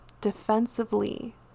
defensively